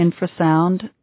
infrasound